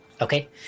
Okay